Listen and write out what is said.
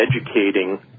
educating